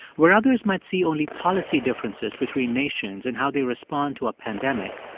where others might see only policy differences between nations in how they respond to a pandemic,